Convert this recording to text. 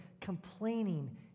complaining